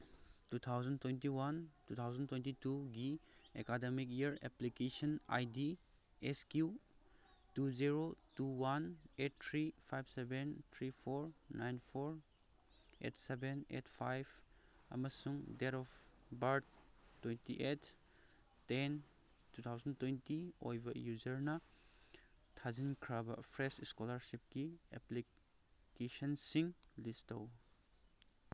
two thousand twenty one two thousand twenty ꯇꯨꯒꯤ academic year application I D S Q two zero two one eight three five seven three four nine four eight seven eight five ꯑꯃꯁꯨꯡ date of birth twenty eight ten two thousand twenty ꯑꯣꯏꯕ ꯌꯨꯖꯔꯅ ꯊꯥꯖꯤꯟꯈ꯭ꯔꯕ fresh ꯏꯁꯀꯣꯂꯥꯔꯁꯤꯞꯀꯤ ꯑꯦꯄ꯭ꯂꯤꯀꯦꯁꯟꯁꯤꯡ ꯂꯤꯁ ꯇꯧ